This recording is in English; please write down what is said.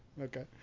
Okay